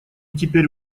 теперь